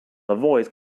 avoid